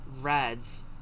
Reds